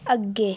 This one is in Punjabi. ਅੱਗੇ